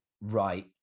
right